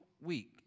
week